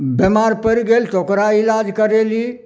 बेमार पड़ि गेल तऽ ओकरा इलाज करेली